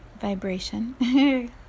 vibration